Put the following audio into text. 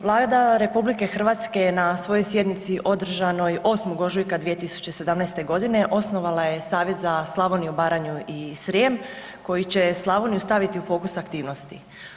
Vlada RH je na svojoj sjednici održanoj 8. ožujka 2017. godine osnovala je Savez za Slavoniju, Baranju i Srijem koji će Slavoniju staviti u fokus aktivnosti.